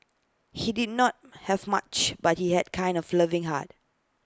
he did not have much but he had kind of loving heart